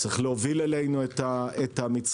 צריך להוביל אלינו את המצרכים.